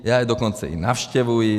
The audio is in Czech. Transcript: Já je dokonce i navštěvuji.